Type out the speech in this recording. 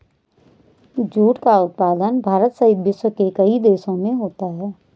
jute का उत्पादन भारत सहित विश्व के कई देशों में होता है